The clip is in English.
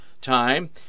time